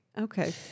okay